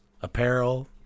apparel